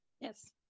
Yes